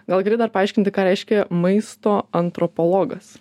gal gali dar paaiškinti ką reiškia maisto antropologas